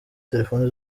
telefone